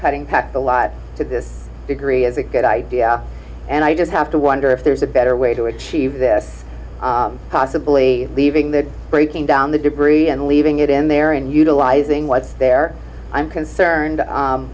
cutting pack a lot to this degree is a good idea and i just have to wonder if there's a better way to achieve this possibly leaving the breaking down the debris and leaving it in there and utilizing what's there i'm concerned